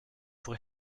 pour